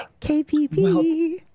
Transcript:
KPP